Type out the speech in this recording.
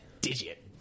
digit